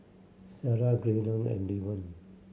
Sarai Graydon and Irven